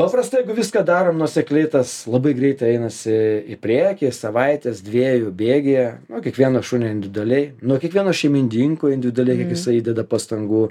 paprastai jeigu viską darom nuosekliai tas labai greitai einasi į priekį savaitės dviejų bėgyje nuo kiekvieno šunio individualiai nuo kiekvieno šeimininko individualiai kiek jisai įdeda pastangų